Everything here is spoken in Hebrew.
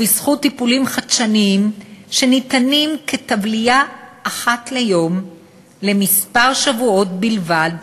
בזכות טיפולים חדשניים שניתנים בטבלייה אחת ליום במשך כמה שבועות בלבד,